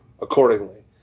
accordingly